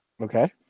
okay